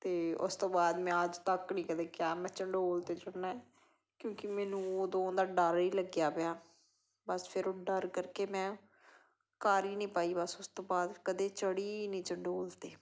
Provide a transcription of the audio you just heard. ਅਤੇ ਉਸ ਤੋਂ ਬਾਅਦ ਮੈਂ ਅੱਜ ਤੱਕ ਨਹੀਂ ਕਦੇ ਕਿਹਾ ਮੈਂ ਚੰਡੋਲ 'ਤੇ ਚੜ੍ਹਨਾ ਕਿਉਂਕਿ ਮੈਨੂੰ ਉਦੋਂ ਦਾ ਡਰ ਹੀ ਲੱਗਿਆ ਪਿਆ ਬਸ ਫਿਰ ਉਹ ਡਰ ਕਰਕੇ ਮੈਂ ਕਰ ਹੀ ਨਹੀਂ ਪਾਈ ਬਸ ਉਸ ਤੋਂ ਬਾਅਦ ਕਦੇ ਚੜ੍ਹੀ ਹੀ ਨਹੀਂ ਚੰਡੋਲ 'ਤੇ